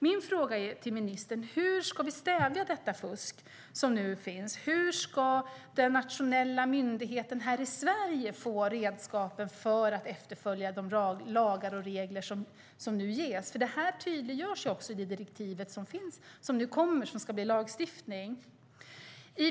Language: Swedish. Min fråga till ministern är: Hur ska vi stävja detta fusk som nu finns? Hur ska de nationella myndigheterna här i Sverige få redskapen för att efterfölja de lagar och regler som nu ges? Det här tydliggörs ju i direktivet som nu kommer och som ska bli lagstiftning.